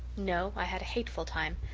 no. i had a hateful time.